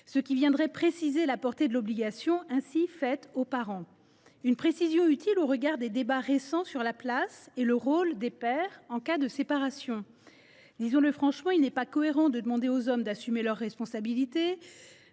ce qui préciserait la portée de l’obligation ainsi faite aux parents. Une telle précision est utile au regard des débats récents sur la place et le rôle des pères lors des séparations. Disons le franchement, il n’est pas cohérent de demander aux hommes d’assumer leurs responsabilités,